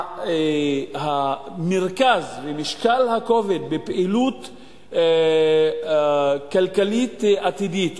המשקל ומרכז הכובד בפעילות כלכלית עתידית,